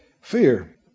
fear